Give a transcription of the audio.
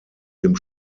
dem